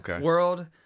world